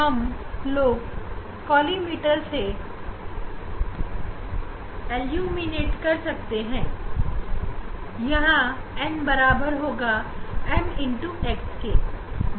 हम पहले से ही डिफ़्रैक्शन के कोड और ग्रेटिंग की नंबर ऑफ लाइन की संख्या को जानते हैं